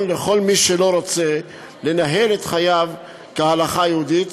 לכל מי שלא רוצה לנהל את חייו כהלכה היהודית,